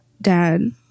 dad